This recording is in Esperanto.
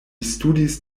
studis